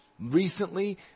recently